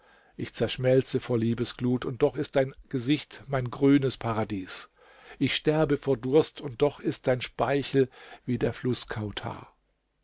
ich zerschmelze vor liebesglut und doch ist dein gesicht mein grünes paradies ich sterbe vor durst und doch ist dein speichel wie der fluß